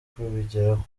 kubigeraho